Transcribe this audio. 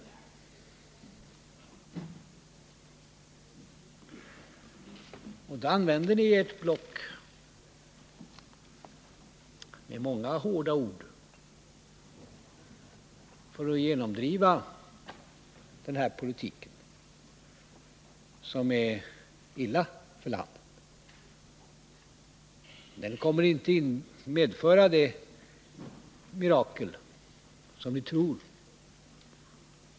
Nr U:6 Men nu använder ni ert block — och många hårda ord — för att genomdriva denna politik, som är dålig för landet. Den kommer inte att medföra det mirakel som ni tror.